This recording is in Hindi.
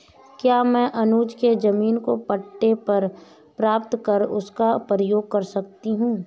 क्या मैं अनुज के जमीन को पट्टे पर प्राप्त कर उसका प्रयोग कर सकती हूं?